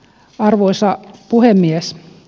arvoisa puhemies